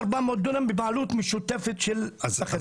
ארבע מאות דולר בבעלות משותפת של אחרים.